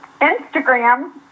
Instagram